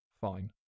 fine